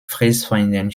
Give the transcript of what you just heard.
fressfeinden